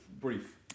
brief